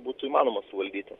būtų įmanoma suvaldyti